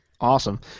Awesome